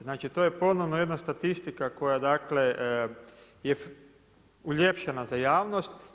Znači to je ponovno jedna statistika koja dakle, je uljepšana za javnost.